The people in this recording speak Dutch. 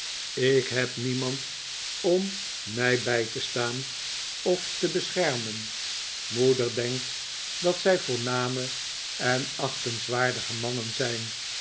ik heb niemand om mij bij te staan of te beschermen moeder denkt dat zij voorname en achtenswaardige mannen zijn